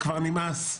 כבר נמאס.